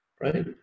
right